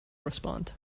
respond